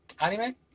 anime